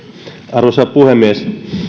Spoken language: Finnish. arvoisa puhemies